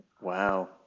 Wow